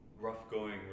rough-going